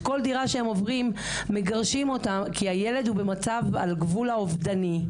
כל דירה שהם עוברים מגרשי אותם כי הילד הוא במצב על גבול האובדני,